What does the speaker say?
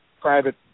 private